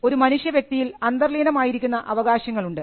ഒരു മനുഷ്യ വ്യക്തിയിൽ അന്തർലീനമായിരിക്കുന്ന അവകാശങ്ങൾ ഉണ്ട്